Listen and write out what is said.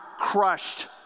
crushed